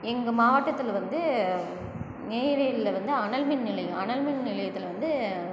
எங்கள் மாவட்டத்தில் வந்து நெய்வேலியில் வந்து அனல்மின் நிலையம் அனல்மின் நிலையத்தில் வந்து